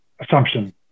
assumption